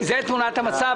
זה תמונת המצב.